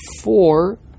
four